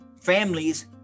families